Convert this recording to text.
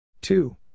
Two